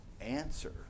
answer